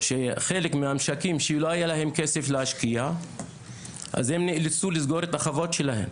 חלק מהמשקים שלא היה להם כסף להשקיע אז הם נאלצו לסגור את החוות שלהם,